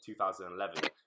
2011